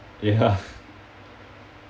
ya